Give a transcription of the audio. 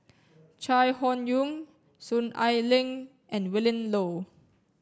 Chai Hon Yoong Soon Ai Ling and Willin Low